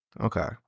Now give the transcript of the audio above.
Okay